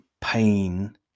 pain